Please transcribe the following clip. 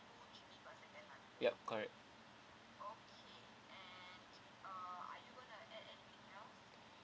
yup correct